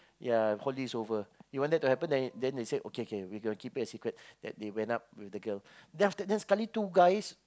ya holidays over he wanted to happen then they say okay kay we can keep it a secret then they went up with the girl then after that then sekali two guys